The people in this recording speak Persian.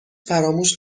فراموش